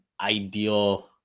ideal